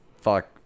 fuck